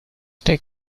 take